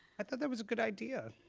i thought that was a good idea.